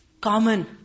common